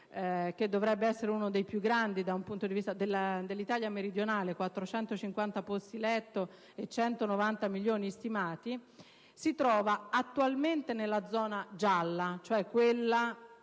che dovrebbe essere uno dei più grandi dell'Italia meridionale - 4.050 posti di letto e 190 milioni stimati - si trova attualmente nella zona gialla, ossia in quella